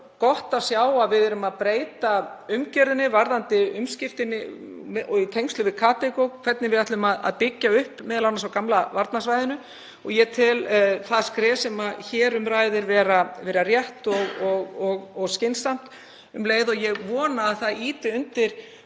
gott að sjá að við erum að breyta umgjörðinni varðandi umskiptin í tengslum við Kadeco, hvernig við ætlum að byggja upp á gamla varnarsvæðinu og ég tel það skref sem hér um ræðir vera rétt og skynsamlegt um leið og ég vona að það fjölgi